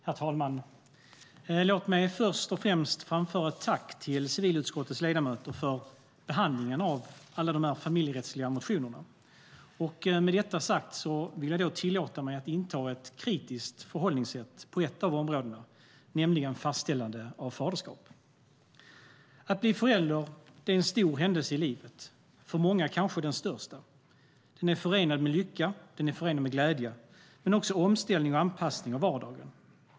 Herr talman! Låt mig först och främst framföra ett tack till civilutskottets ledamöter för behandlingen av alla de familjerättsliga motionerna. Med detta sagt vill jag tillåta mig att inta ett kritiskt förhållningssätt på ett av områdena, nämligen fastställande av faderskap. Att bli förälder är en stor händelse i livet, för många kanske den största. Den är förenad med lycka och glädje men också omställning och anpassning av vardagen.